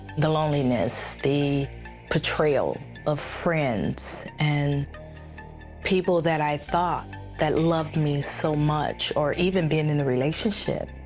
the loneliness, the betrayal of friends and people that i thought that loved me so much, or even being in the relationship.